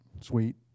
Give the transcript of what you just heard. sweet